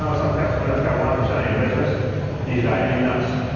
ah some customer that's got one percent of your business and he's driving you nuts.